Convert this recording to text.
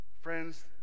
Friends